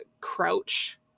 crouch